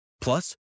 Plus